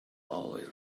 always